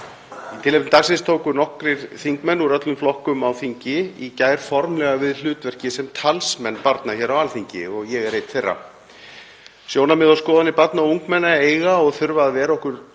Í tilefni dagsins tóku nokkrir þingmenn úr öllum flokkum á þingi í gær formlega við hlutverki sem talsmenn barna hér á Alþingi og ég er einn þeirra. Sjónarmið og skoðanir barna og ungmenna eiga og þurfa að vera okkur